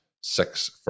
six